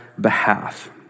behalf